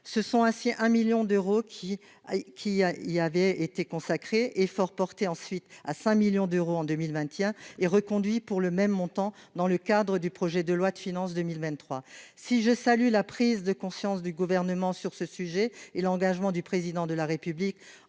ce sont ainsi un million d'euros qui a, qui a, il y avait été consacré effort porté ensuite à 5 millions d'euros en 2000, est reconduit pour le même montant, dans le cadre du projet de loi de finances 2023 si je salue la prise de conscience du gouvernement sur ce sujet et l'engagement du président de la République